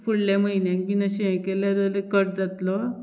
फुडल्या म्हयन्याक बीन अशें हें केलें जाल्यार कट जातलो